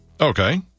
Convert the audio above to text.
Okay